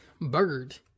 bird